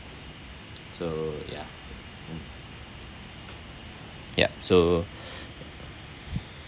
so ya um yup so